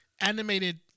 animated